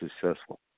successful